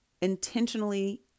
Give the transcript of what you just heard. intentionally